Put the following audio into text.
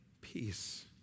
peace